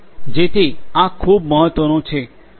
જેથી આ ખૂબ મહત્વનું છે